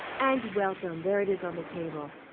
and welcome. there it is on the table.